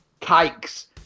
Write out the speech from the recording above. kikes